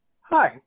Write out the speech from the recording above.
Hi